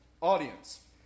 audience